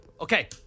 Okay